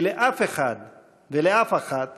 כי לאף אחד ולאף אחת